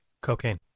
Cocaine